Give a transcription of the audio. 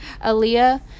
Aaliyah